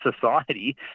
society